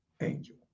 angel